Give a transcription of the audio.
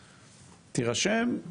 תירשם,